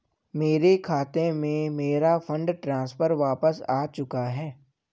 मेरे खाते में, मेरा फंड ट्रांसफर वापस आ चुका है